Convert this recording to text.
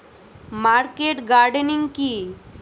Market gardening কি?